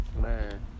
man